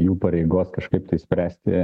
jų pareigos kažkaip tai spręsti